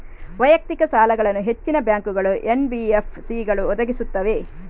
ವೈಯಕ್ತಿಕ ಸಾಲಗಳನ್ನು ಹೆಚ್ಚಿನ ಬ್ಯಾಂಕುಗಳು, ಎನ್.ಬಿ.ಎಫ್.ಸಿಗಳು ಒದಗಿಸುತ್ತವೆ